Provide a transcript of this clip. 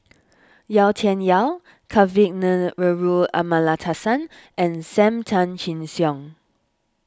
Yau Tian Yau Kavignareru Amallathasan and Sam Tan Chin Siong